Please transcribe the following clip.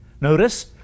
Notice